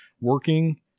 working